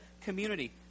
community